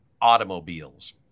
automobiles